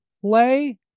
play